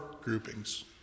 groupings